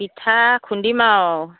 পিঠা খুন্দিম আৰু